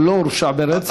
הוא לא הורשע ברצח,